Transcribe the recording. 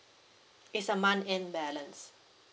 it's a month end balance